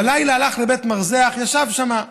בלילה הלך לבית מרזח, ישב שם.